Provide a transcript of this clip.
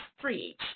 three